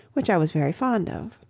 which i was very fond of.